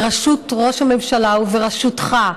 בראשות ראש הממשלה ובראשותך,